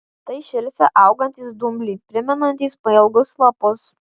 tai šelfe augantys dumbliai primenantys pailgus lapus